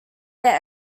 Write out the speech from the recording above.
their